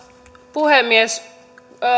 puhemies minä